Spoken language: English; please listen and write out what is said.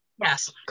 Yes